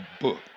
book